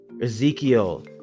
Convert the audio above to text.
Ezekiel